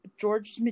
George